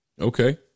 okay